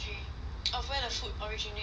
of where the food originates from